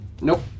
Nope